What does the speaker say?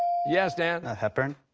yes, dan? ah hepburn.